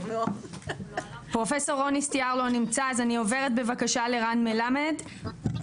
אני עוברת בבקשה לרן מלמד.